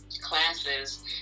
Classes